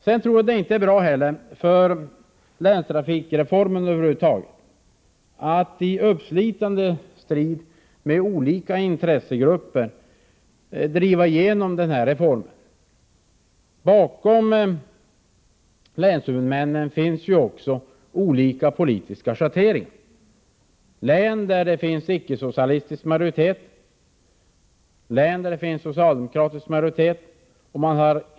Vidare tror jag inte att det när det gäller länstrafikreformen över huvud taget är bra att i en uppslitande strid med olika intressegrupper driva igenom reformen. Bakom länshuvudmännen finns ju också olika politiska schatteringar. Det gäller län med icke-socialistisk majoritet och län med socialdemokratisk majoritet.